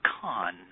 con